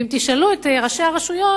ואם תשאלו את ראשי הרשויות,